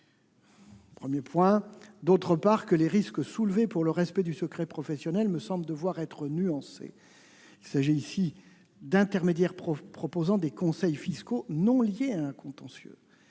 fiscale ; d'autre part, les risques soulevés pour le respect du secret professionnel me semblent devoir être nuancés. Il s'agit ici d'intermédiaires proposant des conseils fiscaux non liés à un contentieux.